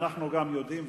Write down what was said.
אנחנו יודעים,